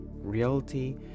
reality